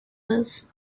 this